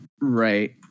Right